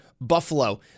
Buffalo